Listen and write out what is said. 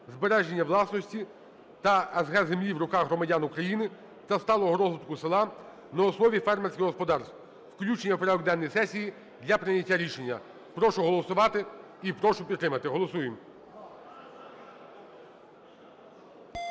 збереження власності на с/г землі в руках громадян України та сталого розвитку села на основі фермерських господарств. Включення в порядок денний сесії для прийняття рішення. Прошу голосувати і прошу підтримати. Голосуємо.